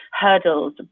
hurdles